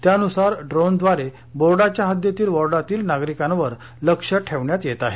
त्यानुसार ड्रोनव्दारे बोर्डाच्या हद्दीतील वॉर्डातील नागरिकांवर लक्ष ठेवण्यात येत आहे